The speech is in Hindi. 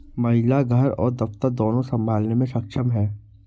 महिला घर और दफ्तर दोनो संभालने में सक्षम हैं